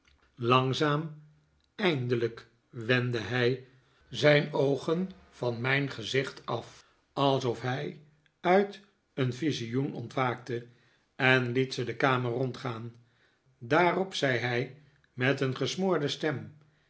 langzaam eindelijk wendde hij zijn oogen van mijn gezicht af alsof hij uit een visioen ontwaakte en het ze de kamer rondgaan daarop zei hij met een gesmoorde stem